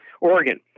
Oregon